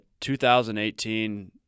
2018